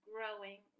growing